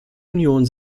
union